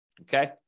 okay